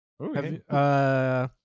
Okay